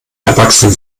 erwachsen